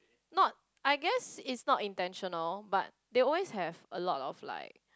not I guess it's not intentional but they always have a lot of like